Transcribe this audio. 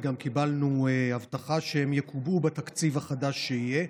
וגם קיבלנו הבטחה שהם יקובעו בתקציב החדש שיהיה,